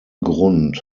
grund